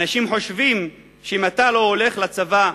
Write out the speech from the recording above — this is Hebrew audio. אנשים חושבים שאם אתה לא הולך לצבא,